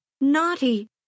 naughty